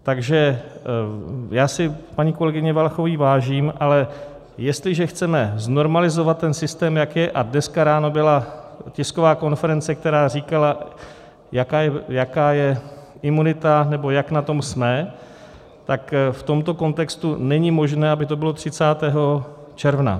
Takže já si paní kolegyně Valachové vážím, ale jestliže chceme znormalizovat ten systém, jak je a dneska ráno byla tisková konference, která říkala, jaká je imunita, nebo jak na tom jsme tak v tomto kontextu není možné, aby to bylo 30. června.